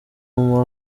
umu